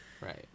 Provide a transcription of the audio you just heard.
Right